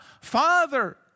Father